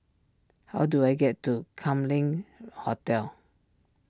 how do I get to Kam Leng Hotel